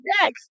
next